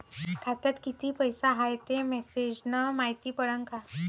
खात्यात किती पैसा हाय ते मेसेज न मायती पडन का?